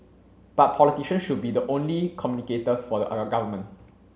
but politicians should be the only communicators for the government